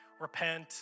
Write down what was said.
repent